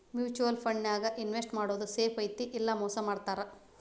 mutual ಫಂಡನ್ಯಾಗ invest ಮಾಡೋದ್ safe ಐತಿ ಇಲ್ಲಾ ಮೋಸ ಮಾಡ್ತಾರಾ